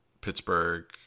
Pittsburgh